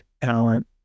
talent